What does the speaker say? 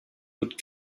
could